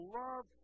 love